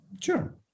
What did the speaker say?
Sure